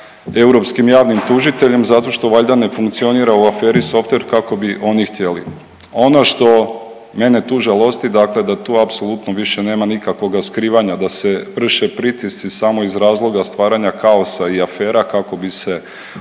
europskim javnim tužiteljem, zato što valjda ne funkcionira u aferi Softver kako bi oni htjeli. Ono što mene tu žalosti, dakle da tu apsolutno više nema nikakvoga skrivanja, da se vrše pritisci samo iz razloga stvaranja kaos i afera i kako bi se